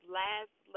last